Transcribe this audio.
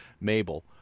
Mabel